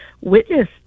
witness